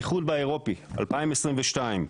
באיחוד האירופי, 2022,